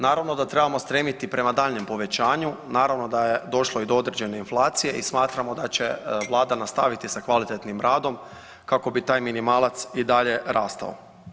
Naravno da trebamo stremiti prema daljnjem povećanju, naravno da je došlo i do određene inflacije i smatramo da će Vlada nastaviti sa kvalitetnim radom kako bi taj minimalac i dalje rastao.